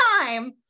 time